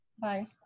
Bye